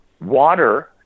water